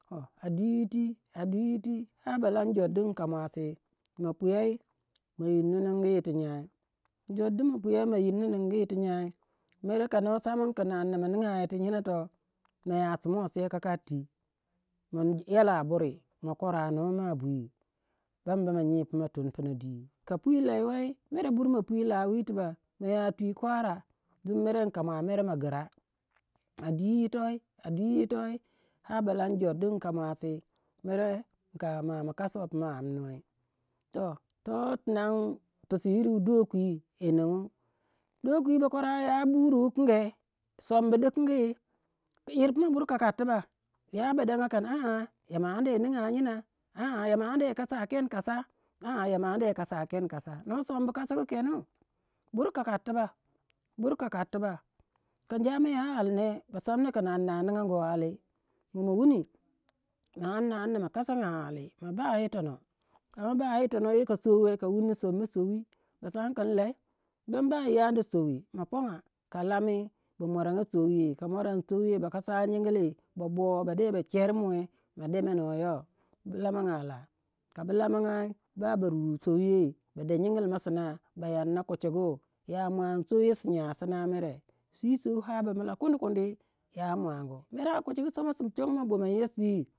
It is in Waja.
a dwi yiti a dwi yiti har ba lan jor du yika muasi, ma puyai ma yinno ningu yirtu nyai jor du ma puyai ma yinno ningu yir ti nyai, mere ka noh sa min kin amna ma ninga yir ti nyina toh maya simosei kakari twi, ma yala buri ma kora noh ma bwi bam bama nyi puma tun puna dwi ka pwi lei wei mere bure ma pwi lah wi tibak maya twi kwara dingin in ka mua mere ma gyira a dwi yitoi a dwi yitoi ar ba lan jor du in ka mua mere makasuwe pu ma amnuweu. Toh pisuyiru wu doki yiningu doukwi bakwara ya buri wukange sombu dikingi kin yir punai bur kakari tibak, ya ba dango kin aa yama anda yiniga nyina yama anda kasa kene, kasa aa yama anda yi kasa ken kasa noh sombu kasiyu kenu bur kakari tibak ka injamo ya ali neh ba samna kin amna ningoguwe ali ma wuni ma amna ma kasanga ali ma ba yitonoh, kama ba yitonoh ye ka sowi wei ka wunni soma sowi ba samna kin lei bam ba yi anda sowi ma ponga ka lami, ma muaranga sowi yei ka muaran sowiyei ba kasa nyingil ba boh bade ba chermuwei ma de monoyou bu lamanga lah. Ka bu lamangai ba ba ru sowiyei bade nyinili ma sina ba yanna kuchugu ya muan soyei swi nya sina mere swi sowi ar ba mila kundi kundi ya muangu, mere a kuchugu soma su chogou ma bomanyou sui.